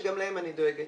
שגם להם אני דואגת,